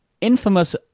infamous